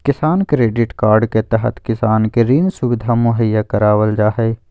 किसान credit card के तहत किसान के ऋण सुविधा मुहैया करावल जा हय